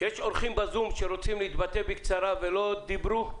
יש אורחים בזום שרוצים להתבטא בקצרה ולא דיברו?